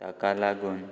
ताका लागून